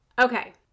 Okay